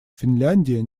финляндия